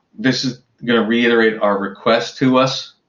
this is going to reiterate our request to us.